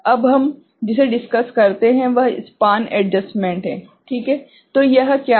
अब हम जिसे डिस्कस करते हैं वह स्पान एडजस्टमेंट है ठीक है